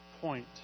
point